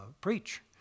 preach